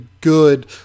good